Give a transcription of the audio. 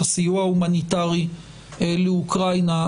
הסיוע ההומניטרי לאוקראינה,